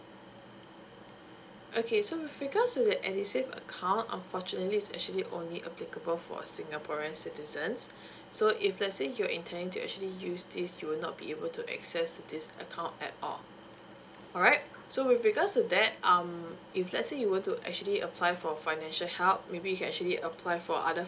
okay so with regards to the edusave account unfortunately it's actually only applicable for singaporean citizens so if let's say you're intending to actually use this you will not be able to access this account at all alright so with regards to that um if let's say you want to actually apply for financial help maybe you can actually apply for other